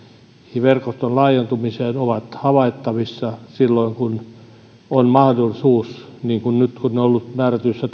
ja verkoston laajentumiseen ovat havaittavissa silloin kun mahdollisuus niin kuin nyt on ollut määrätyissä